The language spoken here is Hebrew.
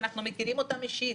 ואנחנו מכירים אותם אישית,